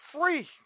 free